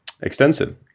extensive